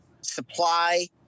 supply